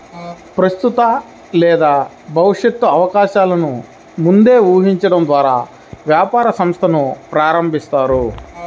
ప్రస్తుత లేదా భవిష్యత్తు అవకాశాలను ముందే ఊహించడం ద్వారా వ్యాపార సంస్థను ప్రారంభిస్తారు